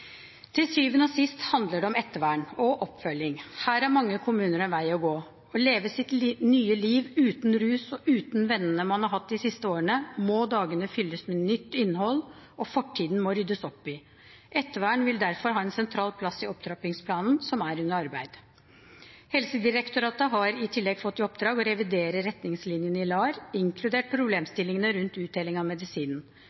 Til syvende og sist handler det om ettervern og oppfølging. Her har mange kommuner en vei å gå. Når man lever sitt nye liv uten rus og uten vennene man har hatt de siste årene, må dagene fylles med nytt innhold, og fortiden må ryddes opp i. Ettervern vil derfor ha en sentral plass i opptrappingsplanen som er under arbeid. Helsedirektoratet har i tillegg fått i oppdrag å revidere retningslinjene i LAR, inkludert problemstillingene rundt utdelingen av